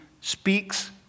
speaks